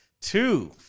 Two